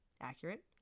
accurate